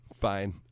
fine